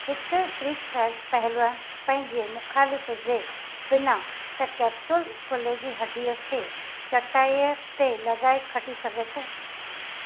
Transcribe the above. हिकु freestyle पहलवान पंहिंजे मुखालिफ़ जे बिना सकेप्सुल कुल्हे जी हड्डीअ खे चटाईअ ते लॻाए खटी सघे थो